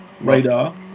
Radar